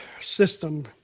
system